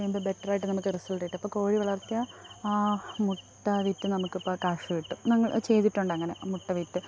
ചെയ്യുമ്പം ബെട്ട്രായിട്ട് നമുക്ക് റിസള്ട്ട് കിട്ട് ഇപ്പോൾ കോഴി വളര്ത്തിയാൽ മുട്ട വിറ്റ് നമുക്കിപ്പോൾ കാശ് കിട്ടും ചെയ്തിട്ടുണ്ടങ്ങനെ മുട്ട വിറ്റ്